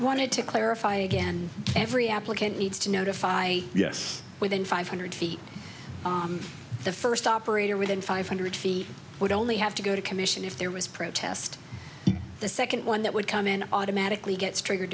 wanted to clarify again and every applicant needs to notify us within five hundred feet the first operator within five hundred feet would only have to go to commission if there was protest the second one that would come in automatically gets triggered